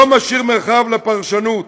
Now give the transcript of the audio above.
לא משאיר מרחב לפרשנות.